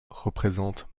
représente